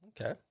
okay